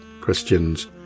Christians